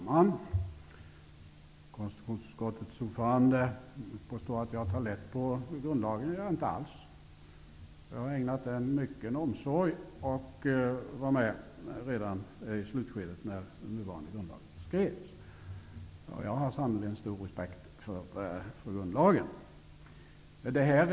Herr talman! Konstitutionsutskottets ordförande påstår att jag skulle ta lätt på grundlagen. Det gör jag inte alls. Jag har ägnat den mycken omsorg och deltog redan i slutskedet när nuvarande grundlag skrevs. Jag har sannerligen stor respekt för grundlagen.